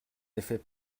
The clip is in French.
effet